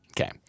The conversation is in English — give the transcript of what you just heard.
Okay